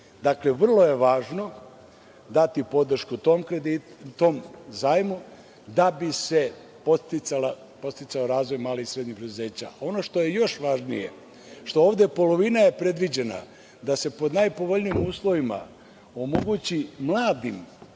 trojci. Dakle, vrlo je važno dati podršku tom zajmu da bi se podsticao razvoj malih i srednjih preduzeća. Ono što je još važnije je što je ovde polovina predviđena da se pod najpovoljnijim uslovima omogući mladima